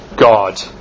God